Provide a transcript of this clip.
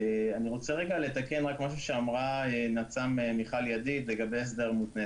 אני רוצה לתקן משהו שאמרה נצ"מ מיכל ידיד לגבי הסדר מותנה.